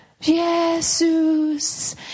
Jesus